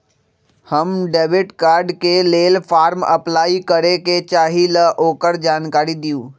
हम debit card के लेल फॉर्म अपलाई करे के चाहीं ल ओकर जानकारी दीउ?